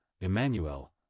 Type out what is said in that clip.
Emmanuel